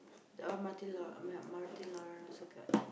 the Martilara so called